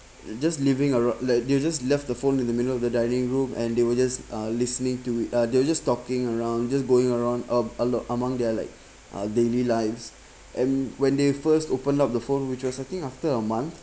just living around like they were just left the phone in the middle of the dining room and they were just uh listening to it uh they were just talking around just going around um among their like our daily lives and when they first open up the phone which was I think after a month